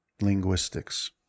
linguistics